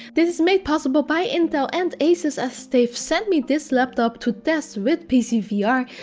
this is made possible by intel and asus as they've sent me this laptop to test with pc vr. yeah